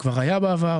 אני שקט באופן מלא,